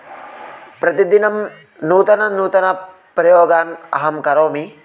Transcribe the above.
प्रतिदिनं नूतननूतन प्रयोगान् अहं करोमि